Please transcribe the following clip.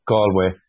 Galway